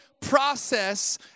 process